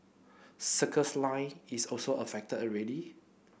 circles line is also affected already